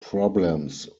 problems